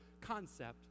concept